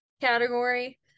category